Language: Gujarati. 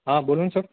હઅ બોલો ન સર